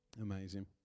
Amazing